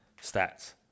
Stats